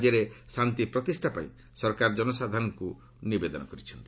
ରାଜ୍ୟରେ ଶାନ୍ତି ପ୍ରତିଷ୍ଠା ପାଇଁ ସରକାର ଜନସାଧାରଣଙ୍କୁ ନିବଦେନ କରିଛନ୍ତି